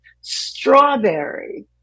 Strawberry